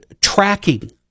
Tracking